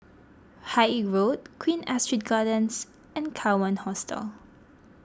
Haig Road Queen Astrid Gardens and Kawan Hostel